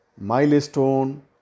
milestone